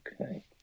Okay